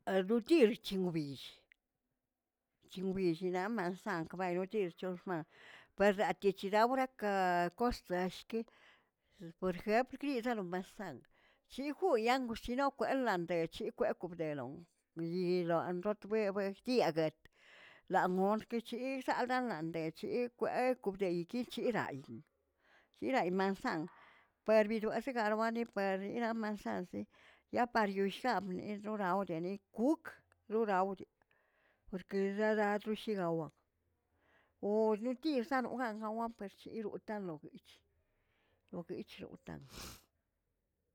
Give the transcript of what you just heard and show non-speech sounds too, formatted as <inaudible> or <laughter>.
Arotir c̱he wbill c̱he wbill naꞌamanansankb derotir chob xman pera techiraꞌurakaꞌa kosteshki por ejempl kis nanomansan chijuꞌu yangxchinoꞌ kwerlandeꞌ c̱he kweꞌ korlenoꞌ nguiyiyronroꞌtbeꞌbə tiaꞌaguə la morki chisaꞌaldaa landecheꞌii kwekw bdeyiki chiraꞌi, chiraꞌi mansan pero bi zoazegaꞌrwaniper riram mansansi ya para yoll kanꞌ bneꞌ rora ordenkaꞌ kuꞌuk roraude porque yalaꞌ chopshi gaowan, oh nikr saꞌa nogan zawaꞌn per chirortanlogueich, lo gueich rotan. <hesitation>